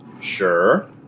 Sure